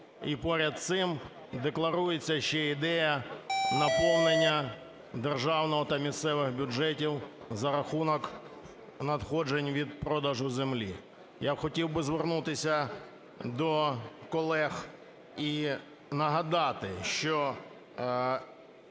і поряд з цим декларується ще ідея наповнення державного та місцевих бюджетів за рахунок надходжень від продажу землі. Я хотів би звернутися до колег і нагадати, що